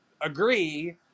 agree